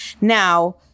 now